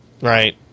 right